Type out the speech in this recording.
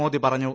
മോദി പറഞ്ഞു